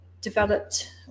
developed